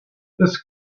this